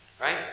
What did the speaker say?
right